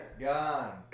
Gone